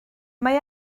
mae